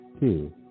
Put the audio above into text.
two